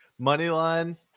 Moneyline